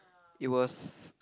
it was